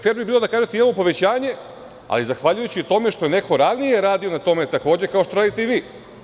Fer bi bilo da kažete - imano povećanje, ali zahvaljujući tome što je neko ranije radio na tome, takođe, kao što radite i vi.